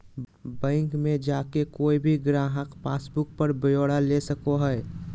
bank मे जाके कोय भी गाहक पासबुक पर ब्यौरा ले सको हय